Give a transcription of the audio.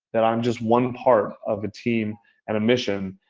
that i'm just one part of a team and a mission.